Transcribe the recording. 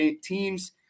teams